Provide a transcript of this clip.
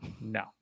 no